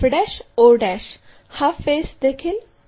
त्याचप्रमाणे f o हा face देखील दिसतो